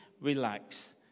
relax